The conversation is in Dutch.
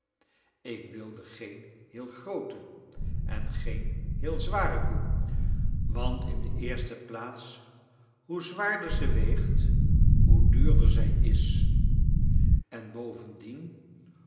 ik wilde geen heel groote en geen heel zware koe want in de eerste plaats hoe zwaarder ze weegt hoe duurder zij is en bovendien